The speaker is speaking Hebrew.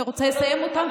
אני רוצה לסיים אותן,